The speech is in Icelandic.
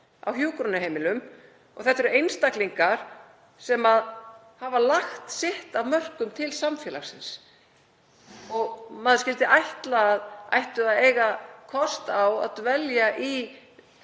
á hjúkrunarheimilum. Þetta eru einstaklingar sem hafa lagt sitt af mörkum til samfélagsins og maður skyldi ætla að þeir ættu að eiga kost á að dvelja í